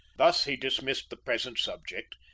thus he dismissed the present subject,